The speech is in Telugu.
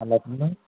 అలాగేనా